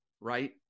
right